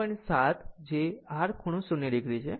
7 જે r ખૂણો 0 o છે